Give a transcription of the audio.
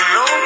no